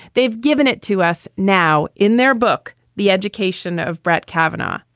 they've given it to us now in their book the education of brett kavanaugh.